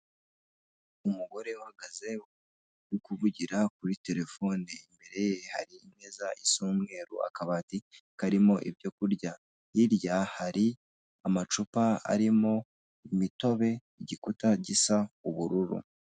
Umugore uhagaze uri kuvugira kuri telefone imbere ye hari imeza isa umweru, akabati karimo ibyo kurya. Hirya hari amacupa arimo imitobe, igikuta gisa ubururu.